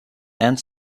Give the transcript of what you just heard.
and